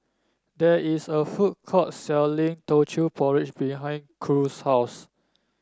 there is a food court selling Teochew Porridge behind Cruz's house